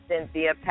Cynthia